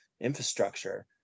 infrastructure